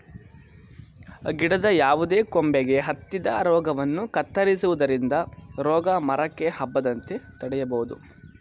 ಗಿಡದ ಯಾವುದೇ ಕೊಂಬೆಗೆ ಹತ್ತಿದ ರೋಗವನ್ನು ಕತ್ತರಿಸುವುದರಿಂದ ರೋಗ ಮರಕ್ಕೆ ಹಬ್ಬದಂತೆ ತಡೆಯಬೋದು